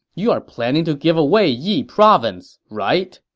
you're planning to give away yi province, right?